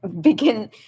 begin